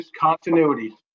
continuity